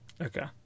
Okay